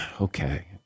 okay